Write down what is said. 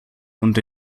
und